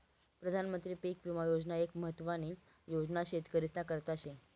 प्रधानमंत्री पीक विमा योजना एक महत्वानी योजना शेतकरीस्ना करता शे